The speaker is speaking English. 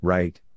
Right